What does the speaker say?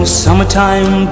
summertime